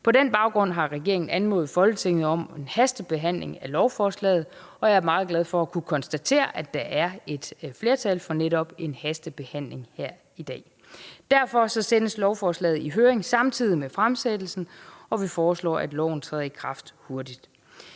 På den baggrund har regeringen anmodet Folketinget om en hastebehandling af lovforslaget, og jeg er meget glad for at kunne konstatere, at der er et flertal for netop en hastebehandling her i dag. Derfor sendes lovforslaget i høring samtidig med fremsættelsen, og vi foreslår, at loven træder i kraft hurtigt.